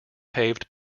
paved